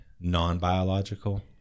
non-biological